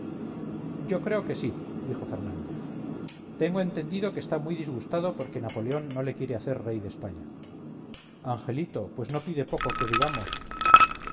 yo creo que sí dijo fernández tengo entendido que está muy disgustado porque napoleón no le quiere hacer rey de españa angelito pues no pide poco que digamos